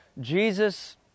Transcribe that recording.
Jesus